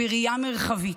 בראייה מרחבית,